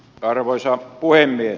arvoisa puhemies